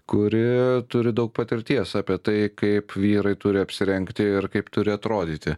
kuri turi daug patirties apie tai kaip vyrai turi apsirengti ir kaip turi atrodyti